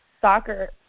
soccer